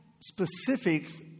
specifics